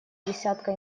десятка